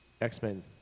X-Men